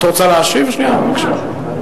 את רוצה להשיב, בבקשה.